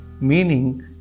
meaning